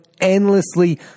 endlessly